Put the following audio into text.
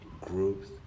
groups